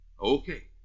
okay